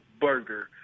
burger